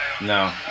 No